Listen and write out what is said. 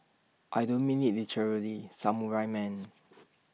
I don't mean IT literally samurai man